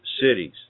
cities